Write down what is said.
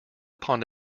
upon